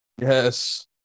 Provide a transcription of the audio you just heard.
Yes